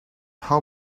how